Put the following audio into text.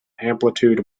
amplitude